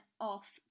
off